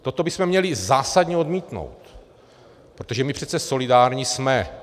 Toto bychom měli zásadně odmítnout, protože my přece solidární jsme.